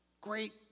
great